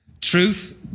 Truth